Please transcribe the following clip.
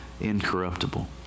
incorruptible